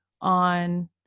on